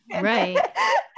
right